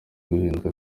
guhinduka